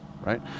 right